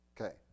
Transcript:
Okay